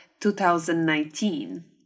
2019